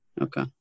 Okay